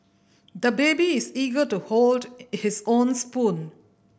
the baby is eager to hold his own spoon